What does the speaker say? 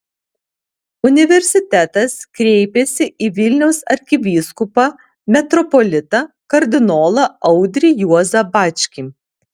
universitetas kreipėsi į vilniaus arkivyskupą metropolitą kardinolą audrį juozą bačkį